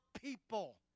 people